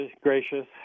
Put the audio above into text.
Gracious